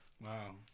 Wow